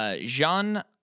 Jean